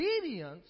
obedience